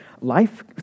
life